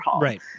Right